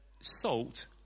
salt